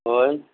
হয়